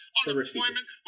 unemployment